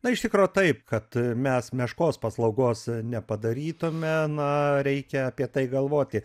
na iš tikro taip kad mes meškos paslaugos nepadarytume na reikia apie tai galvoti